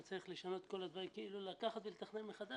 אתה צריך כאילו לקחת ולתכנן מחדש.